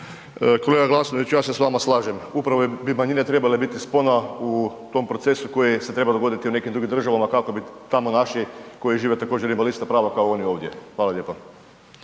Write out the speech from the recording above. Kolega Glasnović, ja se s vama slažem, upravo bi manjine trebale biti spona u tom procesu koji se treba dogoditi u nekim državama kako bi tamo naši koji žive također imali ista prava kao oni ovdje. Hvala lijepa.